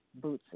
Bootsy